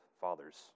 fathers